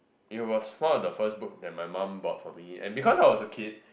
it was fall on the first book that my mum bought for me and because I was a kid